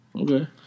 Okay